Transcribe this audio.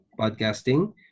podcasting